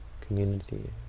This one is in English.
community